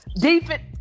defense